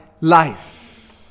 life